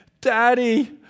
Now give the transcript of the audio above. Daddy